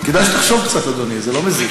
כדאי שתחשוב קצת, אדוני, זה לא מזיק.